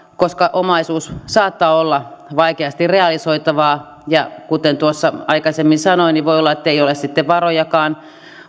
koska omaisuus saattaa olla vaikeasti realisoitavaa ja kuten tuossa aikaisemmin sanoin voi olla että ei ole sitten varojakaan